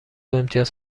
امتیاز